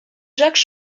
jacques